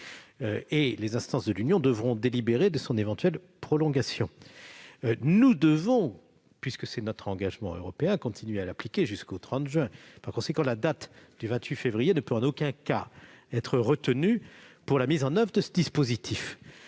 Les instances de l'Union européenne devront délibérer de son éventuelle prolongation. Nous devons, c'est notre engagement européen, continuer à l'appliquer jusqu'au 30 juin. Par conséquent, la date du 28 février ne peut en aucun cas être retenue pour la mise en oeuvre de ce dispositif.